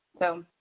so